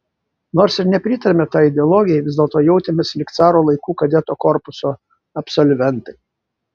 nors ir nepritarėme tai ideologijai vis dėlto jautėmės lyg caro laikų kadetų korpuso absolventai